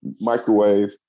Microwave